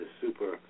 super